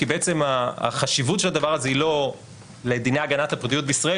כי בעצם החשיבות של הדבר הזה היא לא לדיני הגנת הפרטיות בישראל,